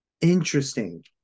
Interesting